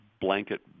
Blanket